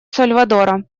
сальвадора